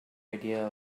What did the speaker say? idea